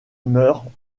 meurent